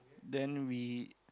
then we